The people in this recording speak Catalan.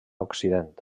occident